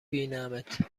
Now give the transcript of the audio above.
بینمت